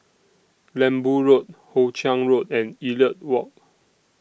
Lembu Road Hoe Chiang Road and Elliot Walk